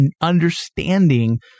understanding